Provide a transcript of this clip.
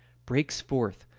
breaks forth,